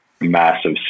massive